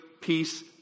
peace